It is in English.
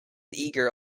eager